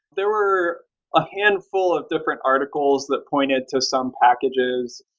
there were a handful of different articles that pointed to some packages.